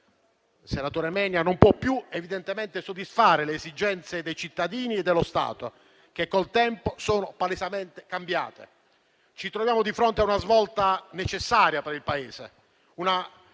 - senatore Menia - non può più evidentemente soddisfare le esigenze dei cittadini e dello Stato che col tempo sono palesemente cambiate. Ci troviamo di fronte a una svolta necessaria per il Paese,